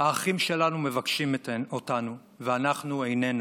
האחים שלנו מבקשים אותנו, ואנחנו איננו.